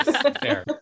fair